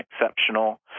exceptional